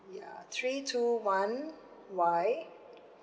ya three two one Y